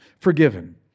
forgiven